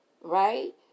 Right